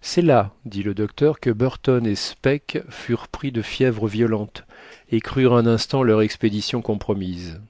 c'est là dit le docteur que burton et speke furent pris de fièvres violentes et crurent un instant leur expédition compromise